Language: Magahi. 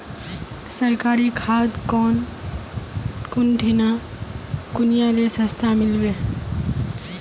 सरकारी खाद कौन ठिना कुनियाँ ले सस्ता मीलवे?